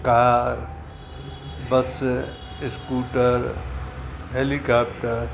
car bus scooter helicopter